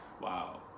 wow